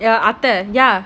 your அத்தை:atthai ya